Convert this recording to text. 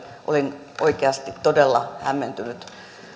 olin oikeasti todella hämmentynyt